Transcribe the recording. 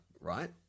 right